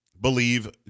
believe